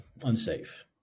unsafe